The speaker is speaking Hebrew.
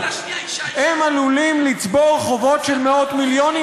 הם עלולים לצבור חובות של מאות מיליונים,